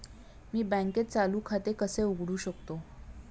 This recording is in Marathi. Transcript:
मी बँकेत चालू खाते कसे उघडू शकतो?